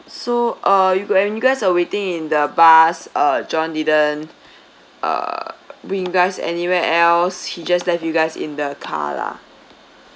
so uh you gu~ when you guys are waiting in the bus uh john didn't uh bring you guys anywhere else he just left you guys in the car lah